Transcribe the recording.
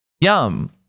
Yum